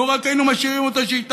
לו רק היינו משאירים אותה שהיא תעבוד.